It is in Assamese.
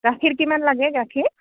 গাখীৰ কিমান লাগে গাখীৰ